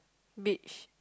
beach